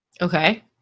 Okay